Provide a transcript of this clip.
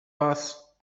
was